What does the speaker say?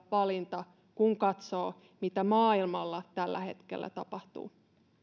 valinta kun katsoo mitä maailmalla tällä hetkellä tapahtuu